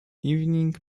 evening